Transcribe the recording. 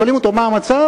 שואלים אותו מה המצב,